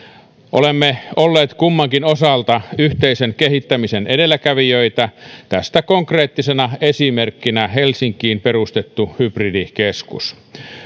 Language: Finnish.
olemme olleet kummankin osalta yhteisen kehittämisen edelläkävijöitä tästä konkreettisena esimerkkinä helsinkiin perustettu hybridikeskus